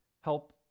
help